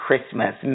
Christmas